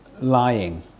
lying